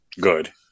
good